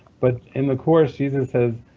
but in the course jesus says,